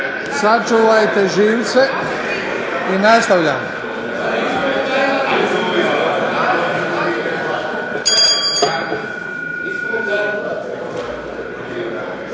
Sačuvajte živce i nastavljamo.